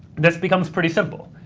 this becomes pretty simple.